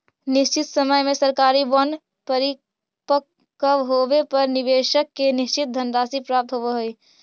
निश्चित समय में सरकारी बॉन्ड परिपक्व होवे पर निवेशक के निश्चित धनराशि प्राप्त होवऽ हइ